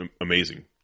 Amazing